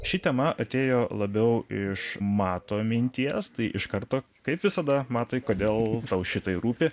ši tema atėjo labiau iš mato minties tai iš karto kaip visada matai kodėl tau šitai rūpi